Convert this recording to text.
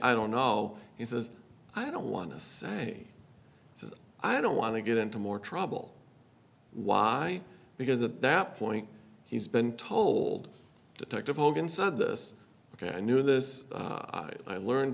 i don't know he says i don't wanna say i don't want to get into more trouble why because at that point he's been told detective hogan said this ok i knew this i learned